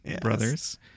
brothers